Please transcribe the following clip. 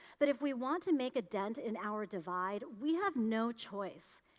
but if we want to make a dent in our divide, we have no choice.